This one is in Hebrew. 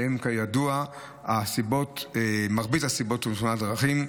שהן כידוע מרבית הסיבות לתאונות הדרכים,